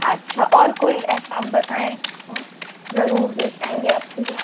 अच्छा और कोई ऐसा आप बताएँ ज़रूर लेके आएंगे आपके लिए